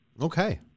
okay